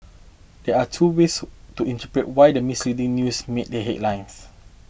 there are two ways to interpret why the misleading news made the headlines